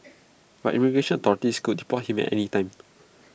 but immigration authorities could deport him at any time